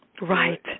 Right